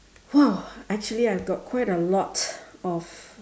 !wow! actually I've got quite a lot of